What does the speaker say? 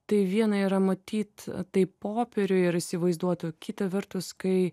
tai viena yra matyt tai popierių ir įsivaizduot o kita vertus kai